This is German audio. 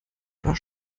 oder